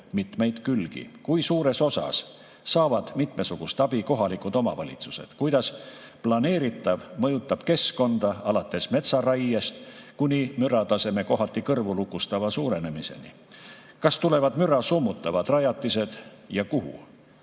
Kui suures osas saavad mitmesugust abi kohalikud omavalitsused? Kuidas planeeritav mõjutab keskkonda, alates metsaraiest kuni mürataseme kohati kõrvulukustava suurenemiseni? Kas tulevad müra summutavad rajatised ja kuhu?